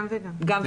גם וגם.